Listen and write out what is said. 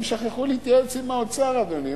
הם שכחו להתייעץ עם האוצר, אדוני.